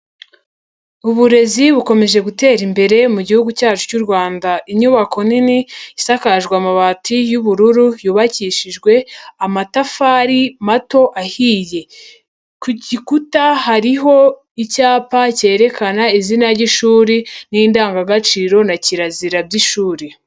Uburezi bukomeje gutera imbere mu gihugu cyacu cy'u Rwanda, inyubako nini isakajwe amabati y'ubururu yubakishijwe amatafari mato ahiye, ku gikuta hariho icyapa cyerekana izina ry'ishuri n'indangagaciro na kirazira by'ishuri.